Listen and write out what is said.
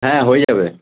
হ্যাঁ হয়ে যাবে